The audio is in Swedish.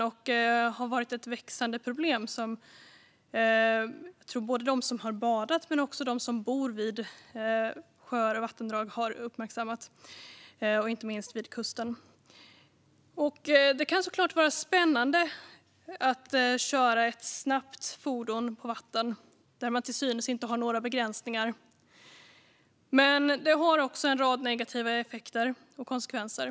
Och det har varit ett växande problem som jag tror att de som badar och de som bor vid sjöar och vattendrag har uppmärksammat, inte minst vid kusten. Det kan såklart vara spännande att köra ett snabbt fordon på vatten, där man till synes inte har några begränsningar. Men det får också en rad negativa effekter och konsekvenser.